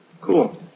cool